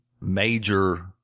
major